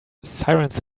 sirens